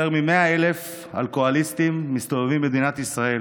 יותר מ-100,000 אלכוהוליסטים מסתובבים במדינת ישראל,